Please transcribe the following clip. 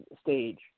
stage